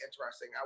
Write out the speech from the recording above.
interesting